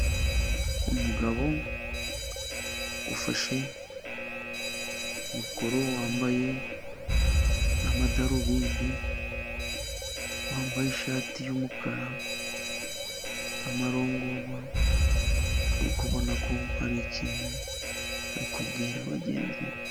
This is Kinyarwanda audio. Umugabo ufashe mikoro wambaye n'amadarubindi, yambaye ishati y'umukara na marongorwa uri kubona ko hari ikintu arikubwira bagenzi be.